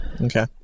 Okay